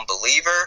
believer